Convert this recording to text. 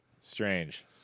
Strange